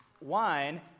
wine